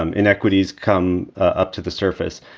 um inequities come up to the surface.